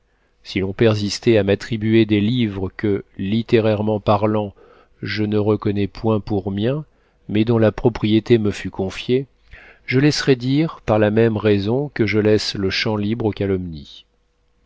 si l'on persistait à m'attribuer des livres que littérairement parlant je ne reconnais point pour miens mais dont la propriété me fut confiée je laisserais dire par la même raison que je laisse le champ libre aux calomnies